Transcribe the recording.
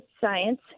science